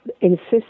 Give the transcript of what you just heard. insist